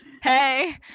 hey